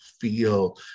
feel